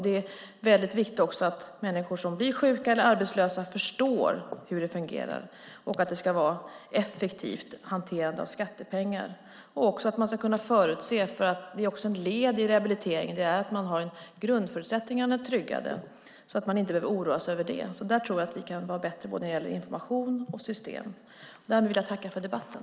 Det är också väldigt viktigt att människor som blir sjuka eller arbetslösa förstår hur det fungerar och att det ska vara ett effektivt hanterande av skattepengar. Man ska också kunna förutse. Ett led i rehabiliteringen är att man har grundförutsättningarna tryggade så att man inte behöver oroa sig över dem. Där tror jag att vi kan vara bättre både när det gäller information och system. Därmed vill jag tacka för debatten.